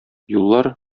юллар